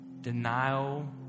denial